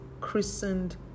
christened